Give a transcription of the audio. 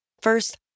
First